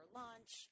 lunch